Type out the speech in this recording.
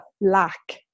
lack